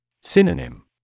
Synonym